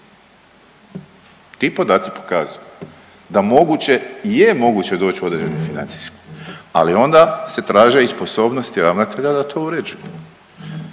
Ti podaci pokazuju da moguće i je moguće doć u određeni financijski, ali onda se traže i sposobnosti ravnatelja da to uređuju,